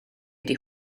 ydy